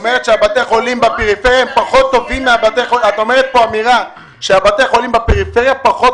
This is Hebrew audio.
את אומרת שבתי החולים בפריפריה פחות טובים מבתי החולים במרכז.